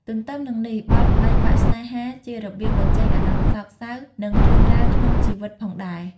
ទន្ទឹមនឹងនេះបទបែកបាក់ស្នេហាជារបៀបបញ្ចេញអារម្មណ៍សោកសៅ និងរឿងរ៉ាវក្នុងជីវិតផងដែរ។